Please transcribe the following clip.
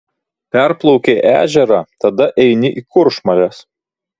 perplaukei ežerą tada eini į kuršmares